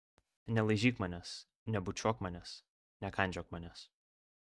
nelaižyk manęs nebučiuok manęs nekandžiok manęs